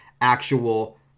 actual